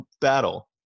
battle